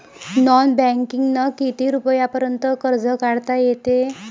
Non बँकिंगनं किती रुपयापर्यंत कर्ज काढता येते?